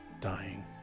dying